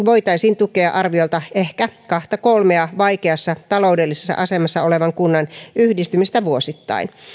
voitaisiin tukea arviolta ehkä kahta kolmea vaikeassa taloudellisessa asemassa olevan kunnan yhdistymistä vuosittain